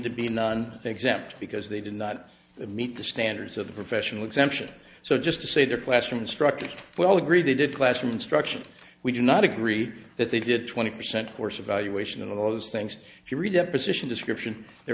to be non think xampp because they did not meet the standards of the professional exemption so just to say their classroom instructors well agree they did classroom instruction we do not agree that they did twenty percent force a valuation of those things if you read deposition description there